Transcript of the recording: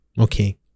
okay